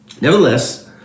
nevertheless